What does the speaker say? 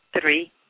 Three